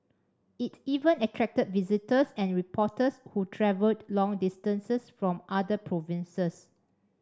it even attracted visitors and reporters who travelled long distances from other provinces